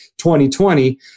2020